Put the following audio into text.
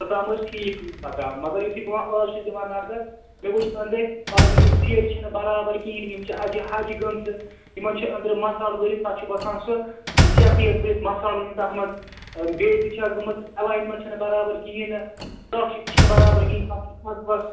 توٚتام ٲس ٹھیٖک کٲم پکان مگر یِتھُے بہٕ اَز چھُس دِوان نظر مےٚ وُچھ أنٛدرۍ اَز یِم سیرِ چھَنہٕ برابر کِہیٖنٛۍ یم چھِ اَجہٕ ہَجہِ گٲمژٕ یِمَن چھِ أنٛدرۍ مصال بٔرِتھ تَتھ چھِ باسان سُہ سیکھٕے یاژ بٔرِتھ مصالٕے نہَ تتھ منٛز بیٚیہِ تہِ چھِ اَتھ گوٚمُت ایٚلایِن مٮ۪نٛٹ چھَنہٕ برابر کِہیٖنٛۍ نہَ تاچھِک چھِنہٕ برابر کِہیٖنٛۍ تتھ چھِ کھٔنٛڈ ؤژھمٕژ